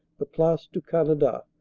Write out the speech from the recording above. the place du canada,